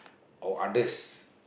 or others